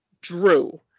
Drew